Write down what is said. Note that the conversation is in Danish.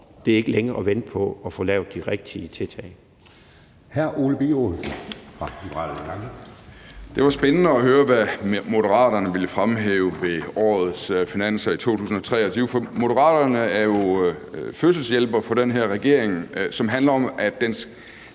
Liberal Alliance. Kl. 10:58 Ole Birk Olesen (LA): Det var spændende at høre, hvad Moderaterne ville fremhæve ved årets finanslov, for Moderaterne er jo fødselshjælper for den her regering, som handler om, at man skal